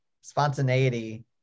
spontaneity